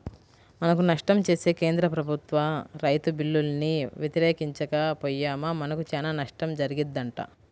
మనకు నష్టం చేసే కేంద్ర ప్రభుత్వ రైతు బిల్లుల్ని వ్యతిరేకించక పొయ్యామా మనకు చానా నష్టం జరిగిద్దంట